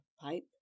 pipe